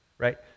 right